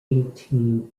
eighteen